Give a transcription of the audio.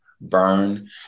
burn